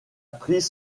pris